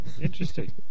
Interesting